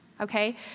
okay